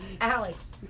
Alex